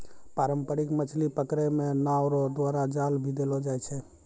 पारंपरिक मछली पकड़ै मे नांव रो द्वारा जाल भी देलो जाय छै